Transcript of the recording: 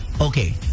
okay